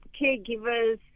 caregivers